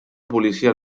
policia